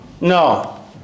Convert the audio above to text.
No